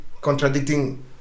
contradicting